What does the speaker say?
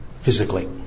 physically